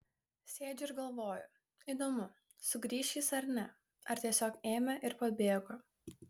sėdžiu ir galvoju įdomu sugrįš jis ar ne ar tiesiog ėmė ir pabėgo